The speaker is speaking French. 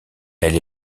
elle